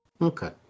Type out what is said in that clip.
Okay